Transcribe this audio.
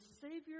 Savior